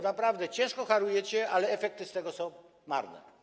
Naprawdę ciężko harujecie, ale efekty tego są marne.